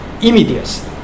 Immediate